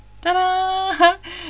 Ta-da